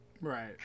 Right